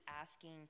asking